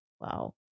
Wow